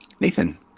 nathan